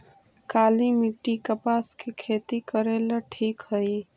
काली मिट्टी, कपास के खेती करेला ठिक हइ?